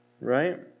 Right